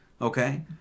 okay